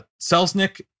selznick